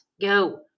Go